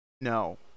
No